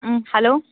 hello